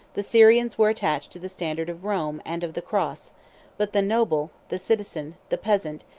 the syrians were attached to the standard of rome and of the cross but the noble, the citizen, the peasant,